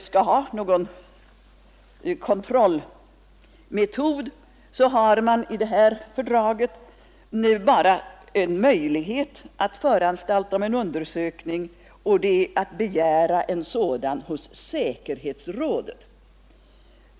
Som kontrollmetod anges i detta fördrag bara en möjlighet att föranstalta om en undersökning, nämligen att begära en sådan hos säkerhetsrådet.